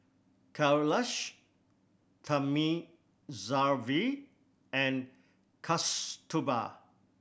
Kailash Thamizhavel and Kasturba